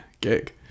gig